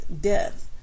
death